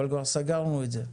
אבל כבר סגרנו את זה,